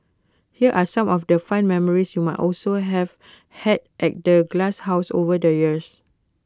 here are some of the fun memories you might also have had at the glasshouse over the years